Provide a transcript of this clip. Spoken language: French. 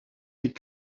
les